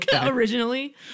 originally